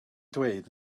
dweud